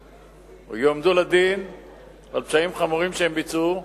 יועמדו לדין על פשעים חמורים שהם ביצעו,